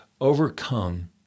overcome